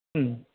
उम